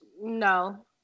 No